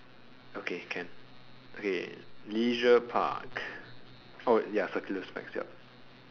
okay can okay leisure park oh ya circular specs yup